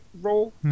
role